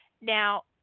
Now